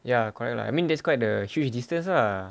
ya correct lah I mean there's quite the huge distance lah